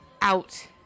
out